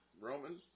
Roman